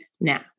now